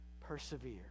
persevere